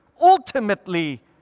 ultimately